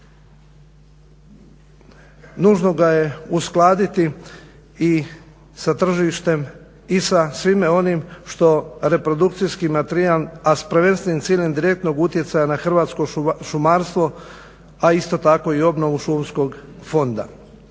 nužno ga je uskladiti i sa tržištem i sa svime onim što reprodukcijski materijal a s prvenstvenim ciljem direktnog utjecaja na hrvatsko šumarstvo a isto tako i obnovu šumskog fonda.